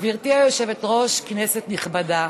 גברתי היושבת-ראש, כנסת נכבדה,